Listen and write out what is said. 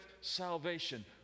salvation